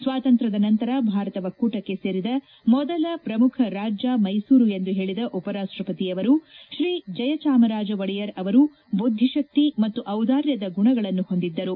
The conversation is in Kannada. ಸ್ವಾತಂತ್ರದ ನಂತರ ಭಾರತ ಒಕ್ಕೂಟಕ್ಕೆ ಸೇರಿದ ಮೊದಲ ಪ್ರಮುಖ ರಾಜ್ಯ ಮ್ಗೆಸೂರು ಎಂದು ಹೇಳಿದ ಉಪರಾಷ್ಷಪತಿ ಅವರು ಶ್ರೀ ಜಯ ಚಾಮರಾಜ ಒಡೆಯರ್ ಅವರು ಬುದ್ದಿಶಕ್ತಿ ಮತ್ತು ಔದಾರ್ಯದ ಗುಣಗಳನ್ನು ಹೊಂದಿದ್ದರು